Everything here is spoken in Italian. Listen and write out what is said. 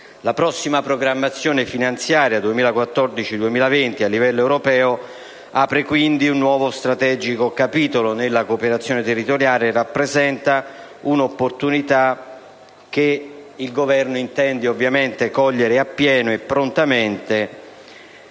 La prossima programmazione finanziaria 2014-2020 a livello europeo apre quindi un nuovo capitolo strategico nella cooperazione territoriale e rappresenta un'opportunità che il Governo intende ovviamente cogliere appieno e prontamente.